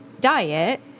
diet